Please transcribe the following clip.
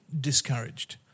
discouraged